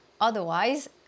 otherwise